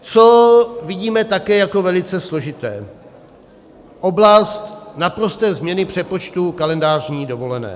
Co vidíme také jako velice složité, oblast naprosté změny přepočtu kalendářní dovolené.